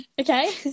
Okay